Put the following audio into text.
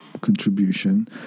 contribution